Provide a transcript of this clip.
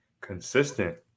consistent